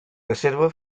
reserva